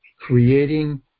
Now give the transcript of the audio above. creating